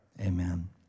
amen